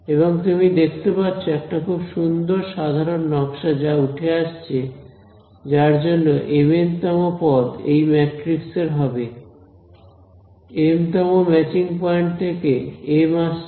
এবং তুমি দেখতে পাচ্ছো একটা খুব সুন্দর সাধারন নকশা যা উঠে আসছে যার জন্য m n তম পদ এই ম্যাট্রিক্স এর হবে এম তম ম্যাচিং পয়েন্ট থেকে এম আসছে